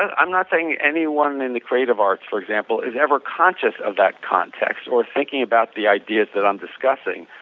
i'm not saying anyone in the creative arts for example is ever conscious of that context or thinking about the ideas that i'm discussing,